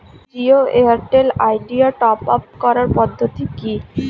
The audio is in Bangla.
Jio Airtel Idea top up করার পদ্ধতি কি?